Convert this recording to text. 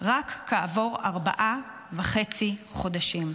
רק כעבור ארבעה וחצי חודשים.